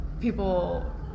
People